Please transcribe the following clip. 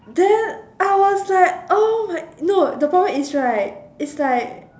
then I was like oh my no the problem is right it's like